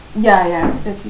ya ya that's